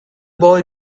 boy